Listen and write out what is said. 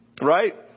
Right